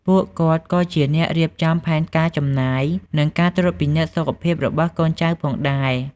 ពួកគាត់ក៏ជាអ្នករៀបចំផែនការចំណាយ និងការត្រួតពិនិត្យសុខភាពរបស់កូនចៅផងដែរ។